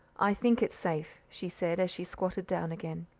i think it's safe, she said, as she squatted down again.